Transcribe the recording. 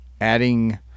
Adding